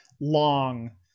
long